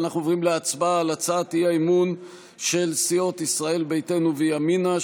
אנחנו עוברים להצבעה על הצעת האי-אמון של סיעות ישראל ביתנו וימינה,